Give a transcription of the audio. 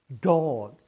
God